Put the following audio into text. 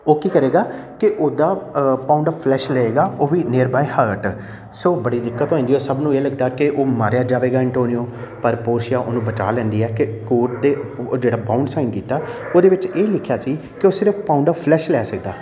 ਉਹ ਕੀ ਕਰੇਗਾ ਕੀ ਉਹਦਾ ਪਾਉਂਡ ਔਫ ਫਲੈਸ਼ ਲਏਗਾ ਉਹ ਵੀ ਨਿਰਬਾਏ ਹਾਰਟ ਸੋ ਬੜੀ ਦਿੱਕਤ ਹੋ ਜਾਂਦੀ ਹੈ ਸਭ ਨੂੰ ਇਹ ਲੱਗਦਾ ਕਿ ਉਹ ਮਾਰਿਆ ਜਾਵੇਗਾ ਇੰਟੋਨੀਓ ਪਰ ਪੋਰਸੀਆ ਉਹਨੂੰ ਬਚਾ ਲੈਂਦੀ ਹੈ ਕਿ ਕੋਰਟ ਦੇ ਜਿਹੜਾ ਬਾਉਂਡ ਸਾਈਨ ਕੀਤਾ ਉਹਦੇ ਵਿੱਚ ਇਹ ਲਿਖਿਆ ਸੀ ਕਿ ਉਹ ਸਿਰਫ ਪਾਉਂਡ ਔਫ ਫਲੈਸ ਲੈ ਸਕਦਾ